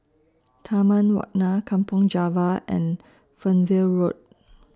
Taman Warna Kampong Java and Fernvale Road